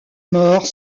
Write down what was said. mort